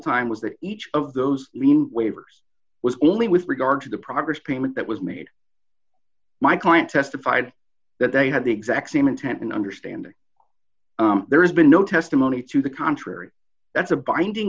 time was that each of those lien waivers was only with regard to the progress payment that was made my client testified that they had the exact same intent and understanding there's been no testimony to the contrary that's a binding